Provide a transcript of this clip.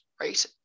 Right